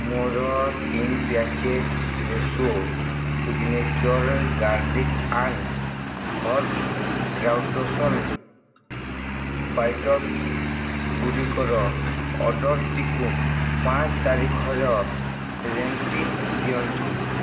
ମୋର ତିନି packet Fresho signature garlic and herb croutons bites ଗୁଡ଼ିକର ଅର୍ଡ଼ର୍ଟିକୁ ପାଞ୍ଚ ତାରକାର ରେଟିଂ ଦିଅନ୍ତୁ